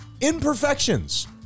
Imperfections